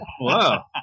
Wow